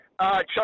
chuck